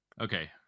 Okay